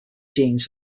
genes